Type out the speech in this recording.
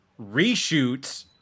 reshoots